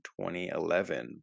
2011